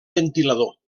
ventilador